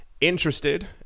interested